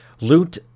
loot